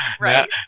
Right